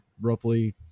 roughly